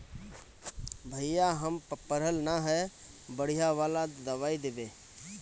भैया हम पढ़ल न है बढ़िया वाला दबाइ देबे?